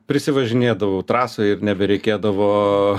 prisivažinėdavau trasoje ir nebereikėdavo